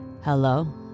Hello